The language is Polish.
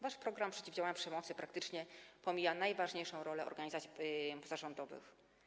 Wasz program przeciwdziałania przemocy praktycznie pomija najważniejszą rolę organizacji pozarządowych.